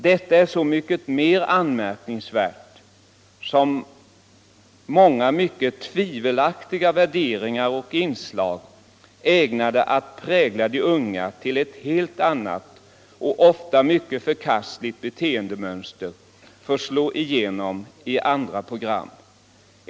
Detta är så mycket mer anmärkningsvärt som många tvivelaktiga värderingar och inslag, ägnade att prägla de unga till ett helt annat och ofta mycket förkastligt beteendemönster, får slå igenom i andra program.